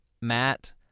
Matt